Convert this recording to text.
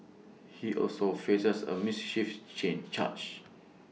he also faces A miss chiefs change charge